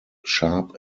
sharp